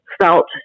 felt